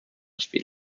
speed